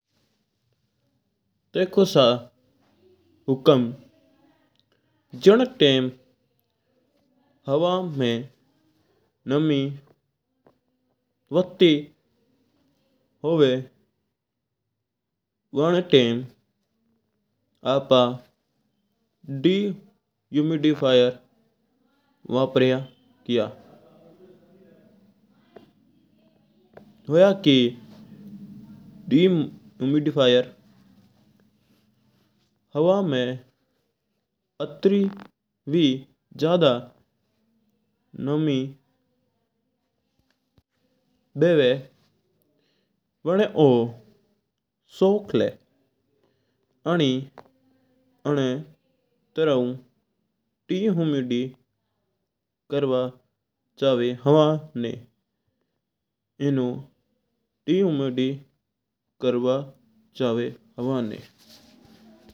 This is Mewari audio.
देखो सा हुकम जण टाइम ह्वा मैं नामी बाती हुआ उण टाइम आपा डिह्यूमिडिफायर व्यापारा करा। वा की डिह्यूमिडिफायर ह्वा मैं आंति भी ज्यादां नामी बेवा वां ऊ शोक्क ला। अण तणा हू डिह्यूमिडिफायर करवा चावा ह्वा ना इणु सही कोनी हुआ है।